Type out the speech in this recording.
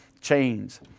chains